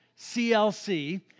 CLC